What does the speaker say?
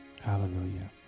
Hallelujah